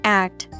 act